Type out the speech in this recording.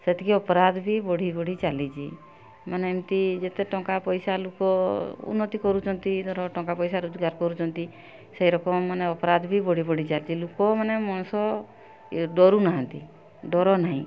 ସେତିକି ଅପରାଧ ବି ବଢ଼ି ବଢ଼ି ଚାଲିଛି ମାନେ ଏମିତି ଯେତେ ଟଙ୍କା ପଇସା ଲୋକ ଉନ୍ନତି କରୁଛନ୍ତି ଧର ଟଙ୍କା ପଇସା ରୋଜଗାର କରୁଛନ୍ତି ସେ ରକମ ମାନେ ଅପରାଧ ବି ବଢ଼ି ବଢ଼ି ଚାଲିଛି ଲୋକମାନେ ମଣିଷ ଡରୁ ନାହାନ୍ତି ଡର ନାହିଁ